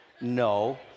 No